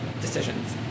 decisions